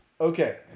Okay